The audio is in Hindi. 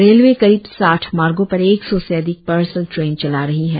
रेलवे करीब साठ मार्गों पर एक सौ से अधिक पार्सल ट्रेन चला रही है